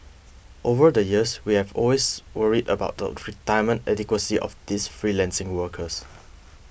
over the years we've always worried about the retirement adequacy of these freelancing workers